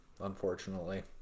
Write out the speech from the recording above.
unfortunately